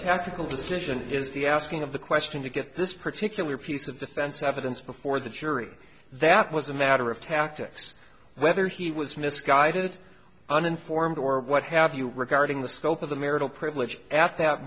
tactical decision is the asking of the question to get this particular piece of defense evidence before the jury that was a matter of tactics whether he was misguided uninformed or what have you regarding the scope of the marital privilege at that